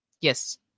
Yes